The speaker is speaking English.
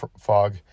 fog